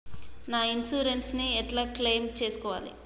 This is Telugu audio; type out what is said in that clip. నా ఇన్సూరెన్స్ ని ఎట్ల క్లెయిమ్ చేస్కోవాలి?